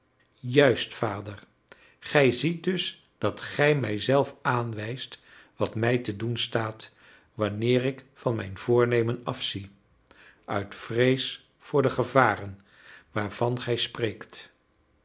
juist vader gij ziet dus dat gij mij zelf aanwijst wat mij te doen staat wanneer ik van mijn voornemen afzie uit vrees voor de gevaren waarvan gij spreekt